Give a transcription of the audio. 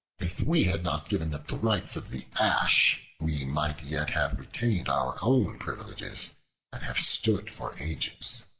if we had not given up the rights of the ash, we might yet have retained our own privileges and have stood for ages.